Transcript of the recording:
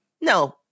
No